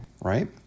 right